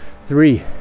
three